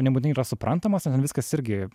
nebūtinai yra suprantamos nes ten viskas irgi